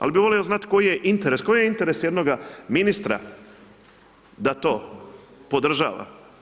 Al bi volio znat koji je interes, koji je interes jednoga ministra da to podržava?